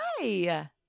Hi